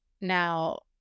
Now